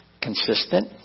consistent